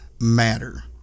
matter